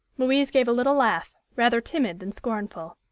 louise gave a little laugh, rather timid than scornful.